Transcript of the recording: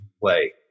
play